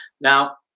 Now